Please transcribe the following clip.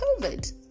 COVID